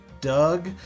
Doug